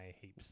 heaps